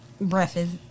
breakfast